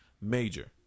major